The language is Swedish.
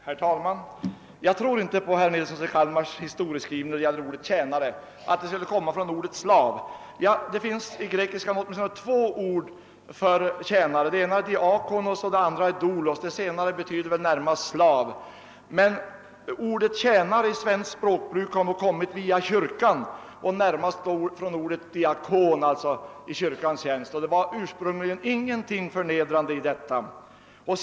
Herr talman! Jag tror inte på herr Nilssons i Kalmar historieskrivning då det gäller ordet »tjänare» — att det skulle ha något samband med ordet »slav». Det finns i grekiskan åtminstone två ord för »tjänare». Det ena är »diakonos» och det andra »doulos»; det senare ordet betyder väl närmast »slav». Men ordet »tjänare» i svenskt språkbruk har kommit via kyrkan, d.v.s. från ordet »diakon» — tjänare i kyrkans tjänst. Det låg ursprungligen ingenting förnedrande i detta ord.